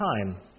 time